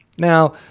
Now